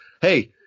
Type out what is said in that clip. Hey